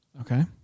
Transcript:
Okay